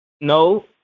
No